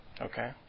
Okay